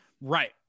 Right